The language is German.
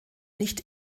nicht